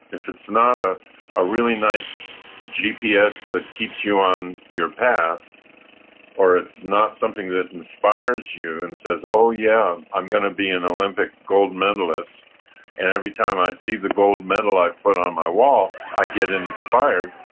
if it's not ah a really nice gps that keeps you on your path or it's not something that inspires you and says, oh, yeah, i'm going to be an olympic gold medalist, and every time i see the gold medal i've put on my wall, i get inspired,